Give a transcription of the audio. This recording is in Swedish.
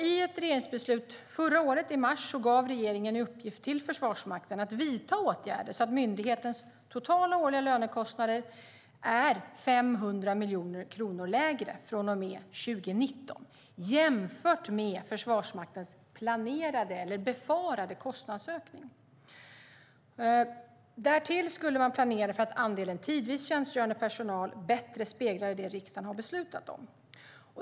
I ett regeringsbeslut i mars förra året gav regeringen därför i uppgift till Försvarsmakten att vidta åtgärder så att myndighetens totala årliga lönekostnader från och med 2019 blir 500 miljoner kronor lägre än Försvarsmaktens planerade eller befarade lönekostnader. Därtill skulle man planera för att andelen tidvis tjänstgörande personal bättre speglar det som riksdagen har beslutat om.